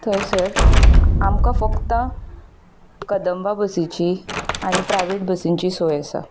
थंयसर आमकां फक्त कदंबा बसीची आनी प्रायव्हेट बसींची सोय आसा